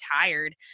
tired